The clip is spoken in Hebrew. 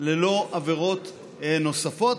ללא עבירות נוספות.